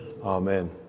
Amen